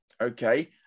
Okay